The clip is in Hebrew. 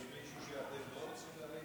יש מישהו שאתם לא רוצים לריב